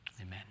Amen